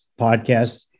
podcast